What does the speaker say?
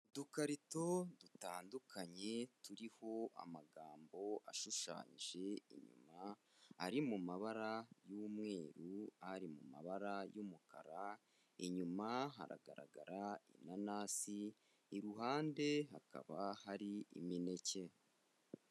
Udukarito dutandukanye turiho amagambo ashushanyije inyuma, ari mu mabara y'umweru, ari mu mabara y'umukara, inyuma haragaragara inanasi, iruhande hakaba hari imineke.